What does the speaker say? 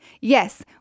Yes